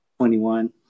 21